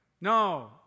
No